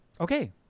okay